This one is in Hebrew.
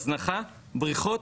הזנחה בריאות,